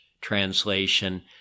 translation